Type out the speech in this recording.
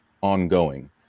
ongoing